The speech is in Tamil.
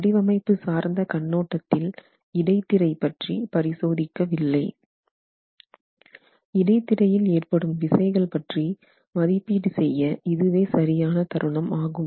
வடிவமைப்பு சார்ந்த கண்ணோட்டத்தில் இடைத்திரை பற்றி பரிசோதிக்கவில்லை இடைத்திரையில் ஏற்படும் விசைகள் பற்றி மதிப்பீடு செய்ய இதுவே சரியான தருணம் ஆகும்